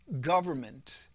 government